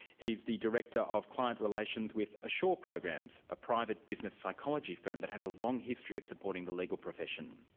he's the director of client relations with assure programs, a private business psychology firm that has a long history of supporting the legal profession.